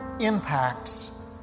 impacts